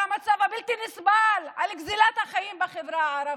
על המצב הבלתי-נסבל, על גזלת החיים בחברה הערבית.